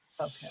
Okay